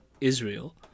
Israel